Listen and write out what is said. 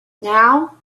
now